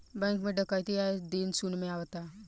bank में डकैती आये दिन सुने में आवता